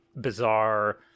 bizarre